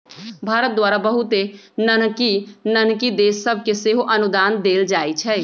भारत द्वारा बहुते नन्हकि नन्हकि देश सभके सेहो अनुदान देल जाइ छइ